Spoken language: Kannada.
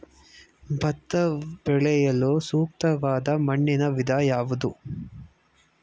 ಭತ್ತ ಬೆಳೆಯಲು ಸೂಕ್ತವಾದ ಮಣ್ಣಿನ ವಿಧ ಯಾವುದು?